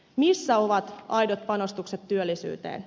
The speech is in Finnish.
missä ovat aidot panostukset työllisyyteen